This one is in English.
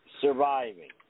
surviving